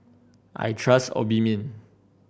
I trust Obimin